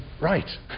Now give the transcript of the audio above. Right